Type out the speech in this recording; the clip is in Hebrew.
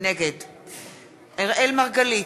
נגד אראל מרגלית,